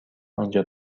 آنجا